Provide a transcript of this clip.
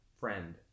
Friend